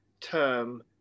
term